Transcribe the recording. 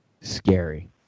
Scary